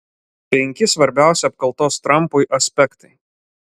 penki svarbiausi apkaltos trampui aspektai